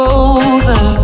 over